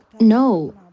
No